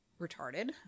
retarded